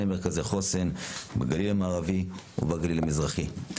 מרכזי חוסן בגליל המערבי וגליל המזרחי.